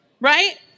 right